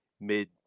mid